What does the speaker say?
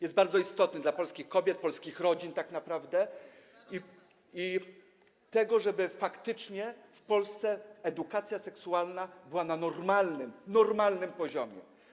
Jest bardzo istotne dla polskich kobiet, polskich rodzin tak naprawdę, żeby faktycznie w Polsce edukacja seksualna była na normalnym, normalnym poziomie.